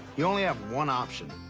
you only have one option.